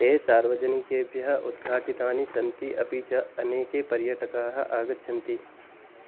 ते सार्वजनिकेभ्यः उद्घाटितानि सन्ति अपि च अनेके पर्यटकाः आगच्छन्ति